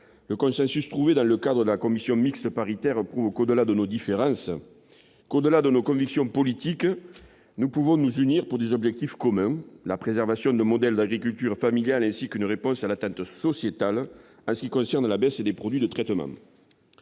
Le consensus trouvé dans le cadre de la commission mixte paritaire prouve que, au-delà de nos différences, de nos convictions politiques, nous pouvons nous unir pour des objectifs communs : la préservation d'un modèle d'agriculture familiale et une réponse à l'attente sociétale s'agissant de la baisse des produits de traitement.